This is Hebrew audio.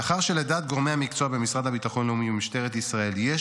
מאחר שלדעת גורמי המקצוע במשרד לביטחון לאומי ומשטרת ישראל יש